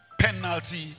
penalty